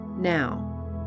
Now